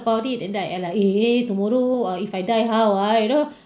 about it and then I eh like eh tomorrow err if I die how ah you know